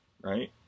right